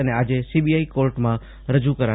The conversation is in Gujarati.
અને આજે સીબીઆઈ કોર્ટમાં રજૂ કરાશે